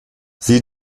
sie